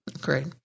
Great